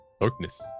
darkness